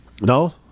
No